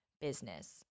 business